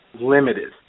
limited